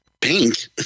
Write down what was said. Pink